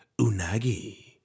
Unagi